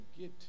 get